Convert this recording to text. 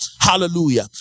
hallelujah